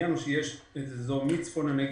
העניין הוא שמצפון הנגב,